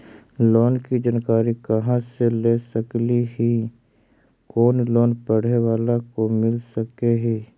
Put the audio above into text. Loan की जानकारी कहा से ले सकली ही, कोन लोन पढ़े बाला को मिल सके ही?